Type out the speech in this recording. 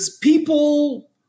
people